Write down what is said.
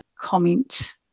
comment